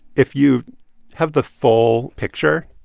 if you have the full picture,